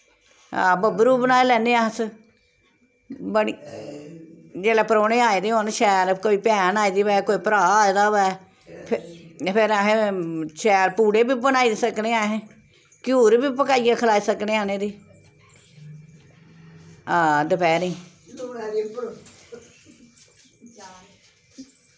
हां बब्बरु बनाई लैन्ने आं अस बड़ी जेल्ले परौह्ने आए दे होन शैल कोई भैन आई दी होऐ कोई भ्राऽ आए दा होऐ फि फिर अस शैल पूड़े बी बनाई सकने आं अस घ्यूर बी बनाइयै खलाई सकने आं उ'नेंगी हां दपैह्रीं